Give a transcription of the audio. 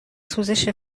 سوزش